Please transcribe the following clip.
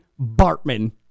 bartman